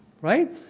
Right